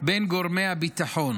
בין גורמי הביטחון